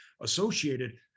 associated